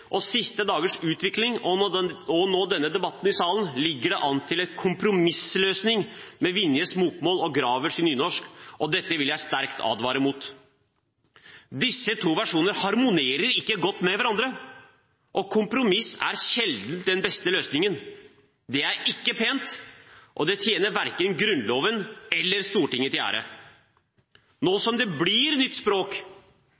og siste dagers utvikling, og nå debatten i salen, ligger det an til en kompromissløsning med Vinjes bokmålsversjon og Gravers nynorskversjon. Dette vil jeg sterkt advare mot. Disse to versjoner harmonerer ikke godt med hverandre, og kompromiss er sjelden den beste løsningen. Det er ikke pent, og det tjener hverken Grunnloven eller Stortinget til ære. Nå